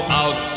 out